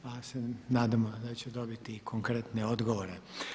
Pa se nadamo da će dobiti i konkretne odgovore.